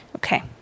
Okay